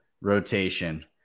rotation